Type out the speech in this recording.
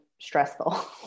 stressful